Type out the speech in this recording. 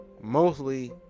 Mostly